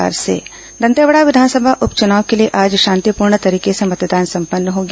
दंतेवाड़ा उप चुनाव दंतेवाड़ा विधानसभा उप चुनाव के लिए आज शांतिपूर्ण तरीके से मतदान संपन्न हो गया